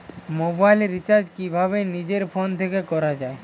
Mobile recharge কিভাবে নিজের phone থেকে করা য়ায়?